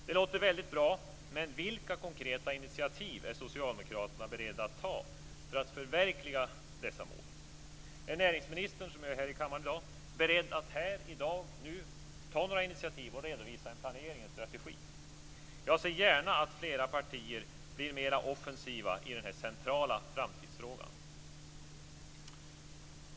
Det låter väldigt bra, men vilka konkreta initiativ är socialdemokraterna beredda att ta för att förverkliga detta mål? Är näringsministern, som ju är i kammaren i dag, beredd att här och nu ta några initiativ och redovisa en planering och en strategi? Jag ser gärna att flera partier blir mera offensiva i denna centrala framtidsfråga.